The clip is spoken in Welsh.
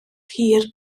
hir